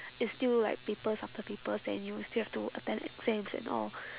it's still like papers after papers then you still have to attend exams and all